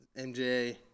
MJ